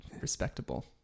respectable